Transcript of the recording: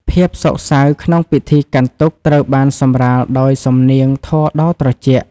ភាពសោកសៅក្នុងពិធីកាន់ទុក្ខត្រូវបានសម្រាលដោយសំនៀងធម៌ដ៏ត្រជាក់។